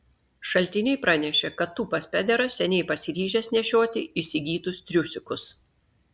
šaltiniai pranešė kad tūpas pederas seniai pasiryžęs nešioti įsigytus triusikus